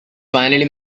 finally